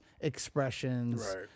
expressions